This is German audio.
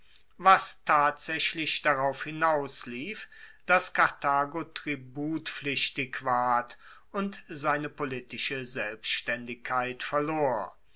was tatsaechlich darauf hinauslief dass karthago tributpflichtig ward und seine politische selbstaendigkeit verlor